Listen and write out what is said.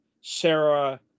Sarah